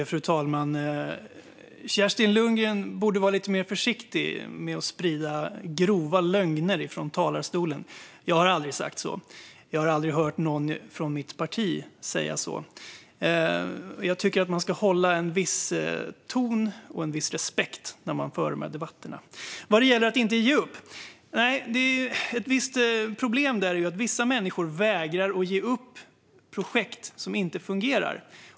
Fru talman! Kerstin Lundgren borde vara lite mer försiktig med att sprida grova lögner från talarstolen. Jag har aldrig sagt så. Jag har aldrig hört någon från mitt parti säga så. Jag tycker att man ska hålla en viss ton och visa viss respekt när man för dessa debatter. Vad gäller att inte ge upp finns det ett problem: Vissa människor vägrar att ge upp projekt som inte fungerar.